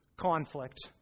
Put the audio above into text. conflict